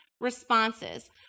responses